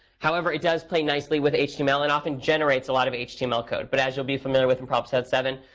however, it does play nicely with html and often generates a lot of html code. but as you'll be familiar with and problem set seven,